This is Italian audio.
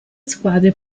squadre